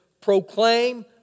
proclaim